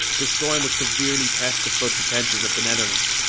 this storm would severely test the flood defences of the netherlands,